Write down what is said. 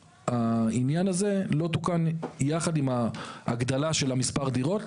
העניין לא תוקן יחד עם ההגדלה של מספר הדירות,